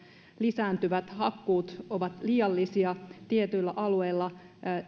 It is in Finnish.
lisääntyvät hakkuut ovat liiallisia tietyillä alueilla ja